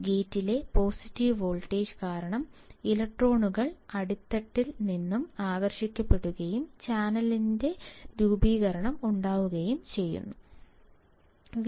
ഗേറ്റിലെ positive voltage കാരണം ഇലക്ട്രോണുകൾ അടിത്തട്ടിൽ നിന്ന് ആകർഷിക്കപ്പെടുകയും ചാനലിന്റെ രൂപീകരണം ഉണ്ടാവുകയും ചെയ്യും